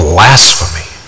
Blasphemy